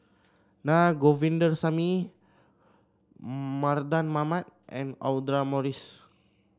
Naa Govindasamy Mardan Mamat and Audra Morrice